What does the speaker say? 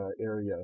area